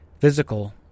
physical